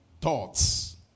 thoughts